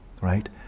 right